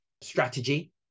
strategy